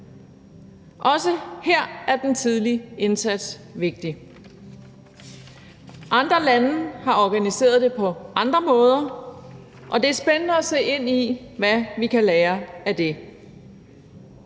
Også her er den tidlige indsats vigtig. Andre lande har organiseret det på andre måder, og det er spændende at se ind i, hvad vi kan lære af det.